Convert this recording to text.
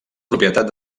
propietat